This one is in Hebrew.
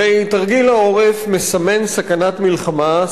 הרי תרגיל העורף מסמן סכנת מלחמה,